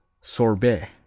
Sorbet